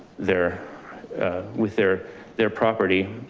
their with their their property,